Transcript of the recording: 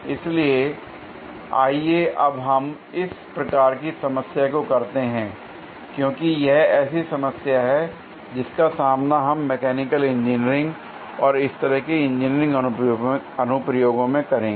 इसलिए आइए अब हम इस प्रकार की समस्याएं को करते हैं क्योंकि यह ऐसी समस्या हैं जिनका सामना हम मैकेनिकल इंजीनियरिंग और इसी तरह के इंजीनियरिंग अनुप्रयोगों में करेंगे